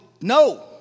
no